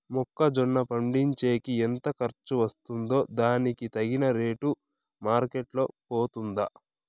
మొక్క జొన్న పండించేకి ఎంత ఖర్చు వస్తుందో దానికి తగిన రేటు మార్కెట్ లో పోతుందా?